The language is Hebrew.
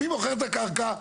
מי מוכר את הקרקע?